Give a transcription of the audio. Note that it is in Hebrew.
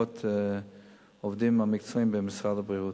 את העובדים המקצועיים במשרד הבריאות.